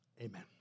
Amen